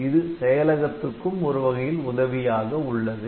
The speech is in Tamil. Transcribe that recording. இது செயலகத்துக்கும் ஒருவகையில் உதவியாக உள்ளது